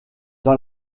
dans